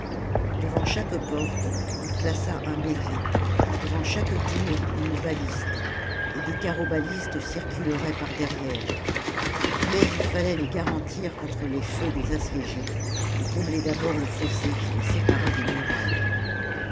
devant chaque porte il plaça un bélier devant chaque tour une baliste et des carrobalistes circuleraient par derrière mais il fallait les garantir contre les feux des assiégés et combler d'abord le fossé qui les séparait des murailles